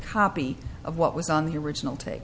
copy of what was on the original take